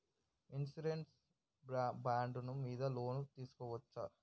Insurance bond మీద loan తీస్కొవచ్చా?